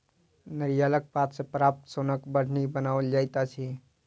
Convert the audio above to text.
नारियलक पात सॅ प्राप्त सोनक बाढ़नि बनाओल जाइत अछि